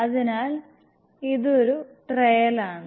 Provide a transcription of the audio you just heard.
അതിനാൽ ഇത് ഒരു ട്രയലാണ്